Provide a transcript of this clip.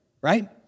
right